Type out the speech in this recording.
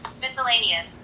Miscellaneous